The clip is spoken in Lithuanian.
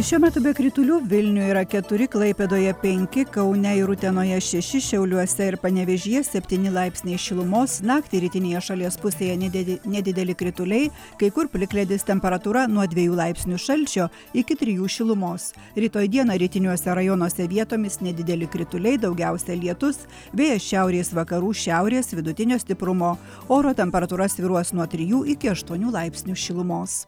šiuo metu be kritulių vilniuje yra keturi klaipėdoje penki kaune ir utenoje šeši šiauliuose ir panevėžyje septyni laipsniai šilumos naktį rytinėje šalies pusėje nedide nedideli krituliai kai kur plikledis temperatūra nuo dviejų laipsnių šalčio iki trijų šilumos rytoj dieną rytiniuose rajonuose vietomis nedideli krituliai daugiausia lietus vėjas šiaurės vakarų šiaurės vidutinio stiprumo oro temperatūra svyruos nuo trijų iki aštuonių laipsnių šilumos